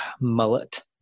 Mullet